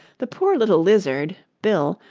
the poor little lizard, bill,